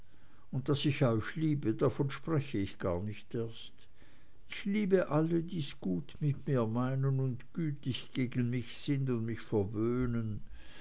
und daß ich euch liebe davon spreche ich gar nicht erst ich liebe alle die's gut mit mir meinen und gütig gegen mich sind und mich verwöhnen